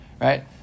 right